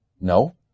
No